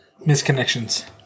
misconnections